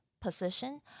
position